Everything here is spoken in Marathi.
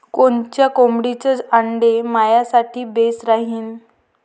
कोनच्या कोंबडीचं आंडे मायासाठी बेस राहीन?